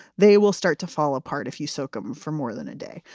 they will start to fall apart if you soak them for more than a day.